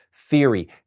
theory